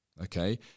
Okay